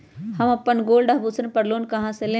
हम अपन गोल्ड आभूषण पर लोन कहां से लेम?